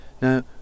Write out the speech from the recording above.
Now